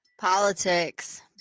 Politics